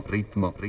Ritmo